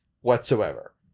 whatsoever